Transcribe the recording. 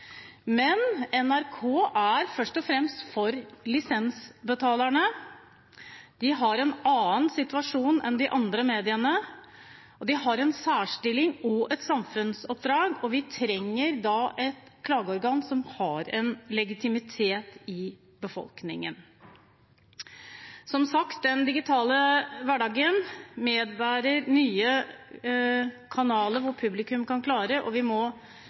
Men NRK er først og fremst for lisensbetalerne, de er i en annen situasjon enn de andre mediene og har en særstilling og et samfunnsoppdrag, og da trenger vi et klageorgan som har legitimitet i befolkningen. Som sagt innebærer den digitale hverdagen nye kanaler for publikum, og vi må